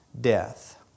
death